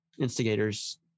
instigators